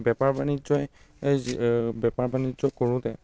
বেপাৰ বাণিজ্যই যি বেপাৰ বাণিজ্য কৰোঁতে